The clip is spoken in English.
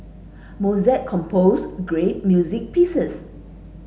Mozart composed great music pieces